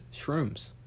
shrooms